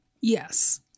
Yes